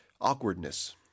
awkwardness